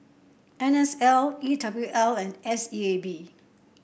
N S L E W L and S E A B